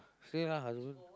say lah